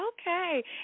Okay